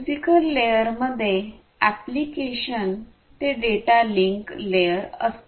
physical layer मधे application ते data link layer असते